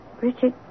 Richard